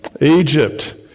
Egypt